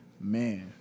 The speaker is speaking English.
man